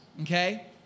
okay